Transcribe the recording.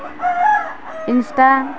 Insta